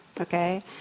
okay